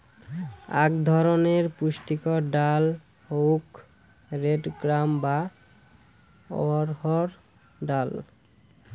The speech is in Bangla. আক ধরণের পুষ্টিকর ডাল হউক রেড গ্রাম বা অড়হর ডাল